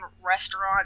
restaurant